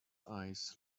eyes